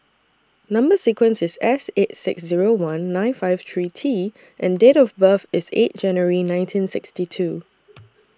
Number sequence IS S eight six Zero one nine five three T and Date of birth IS eight January nineteen sixty two